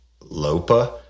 lopa